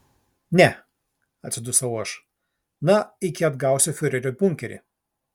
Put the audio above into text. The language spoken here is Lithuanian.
ne atsidusau aš na iki atgausiu fiurerio bunkerį